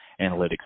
analytics